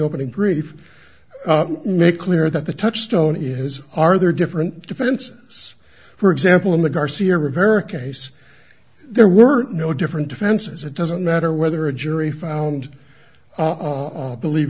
opening brief make clear that the touchstone is are there different defenses for example in the garcia rivera case there were no different defenses it doesn't matter whether a jury found believe